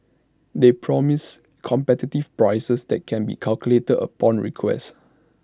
they promise competitive prices that can be calculated upon request